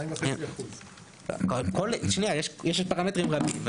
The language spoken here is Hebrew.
2.5%. יש פרמטרים רבים.